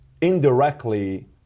indirectly